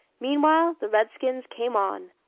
meanwhile, the redskins came on.